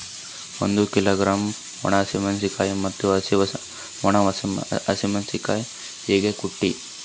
ಒಂದ ಕಿಲೋಗ್ರಾಂ, ಒಣ ಮೇಣಶೀಕಾಯಿ ಮತ್ತ ಹಸಿ ಮೇಣಶೀಕಾಯಿ ಹೆಂಗ ಕೊಟ್ರಿ?